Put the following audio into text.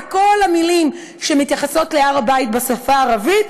וכל המילים שמתייחסות להר הבית בשפה הערבית,